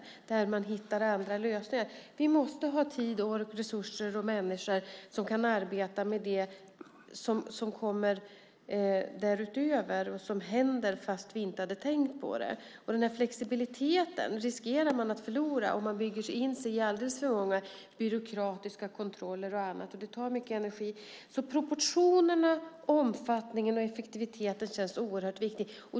Man kanske kan hitta andra lösningar. Vi måste ha tid, ork, resurser och människor som kan arbeta med det som kommer därutöver och som händer fast vi inte hade tänkt på det. Man riskerar att förlora den flexibiliteten om man bygger in sig i alldeles för många byråkratiska kontroller och annat. Det tar mycket energi. Proportionerna, omfattningen och effektiviteten känns oerhört viktiga.